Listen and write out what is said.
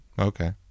Okay